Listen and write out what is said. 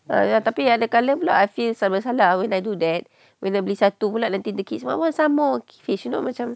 uh tapi ada kala pula I feel serba salah when I do that kena beli satu pula nanti the kids I want some more fish you know macam